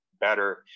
better